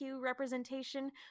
representation